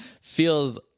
feels